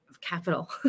capital